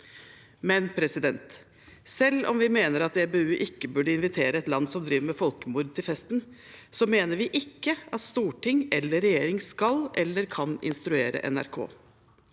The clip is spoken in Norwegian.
Eurovision. Selv om vi mener at EBU ikke burde invitere et land som driver med folkemord, til festen, mener vi ikke at storting eller regjering skal eller kan instruere NRK.